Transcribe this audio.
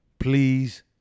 Please